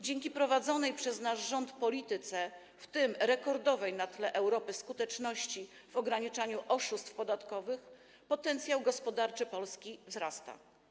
Dzięki prowadzonej przez nasz rząd polityce, w tym rekordowej na tle Europy skuteczności w ograniczaniu oszustw podatkowych, potencjał gospodarczy Polski wzrasta.